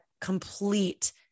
complete